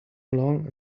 along